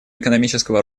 экономического